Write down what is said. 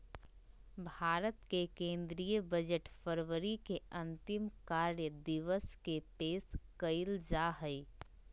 भारत के केंद्रीय बजट फरवरी के अंतिम कार्य दिवस के पेश कइल जा हइ